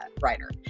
writer